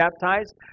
baptized